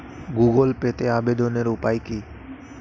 Google পেতে আবেদনের উপায় কি?